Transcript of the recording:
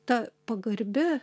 ta pagarbi